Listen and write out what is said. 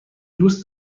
دوست